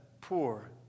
poor